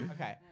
Okay